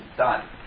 done